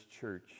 church